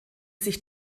sich